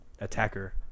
attacker